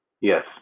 Yes